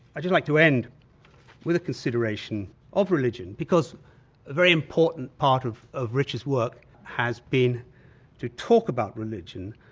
i'd just like to end with a consideration of religion, because a very important part of of richard's work has been to talk about religion.